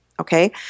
Okay